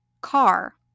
car